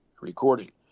recording